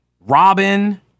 Robin